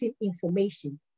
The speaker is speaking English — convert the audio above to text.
information